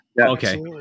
Okay